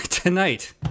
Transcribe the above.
Tonight